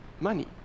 Money